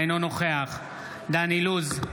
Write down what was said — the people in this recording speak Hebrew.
אינו נוכח דן אילוז,